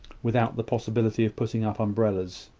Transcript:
without the possibility of putting up umbrellas.